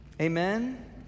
Amen